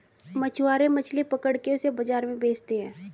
मछुआरे मछली पकड़ के उसे बाजार में बेचते है